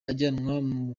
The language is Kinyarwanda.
ajyanwa